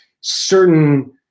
certain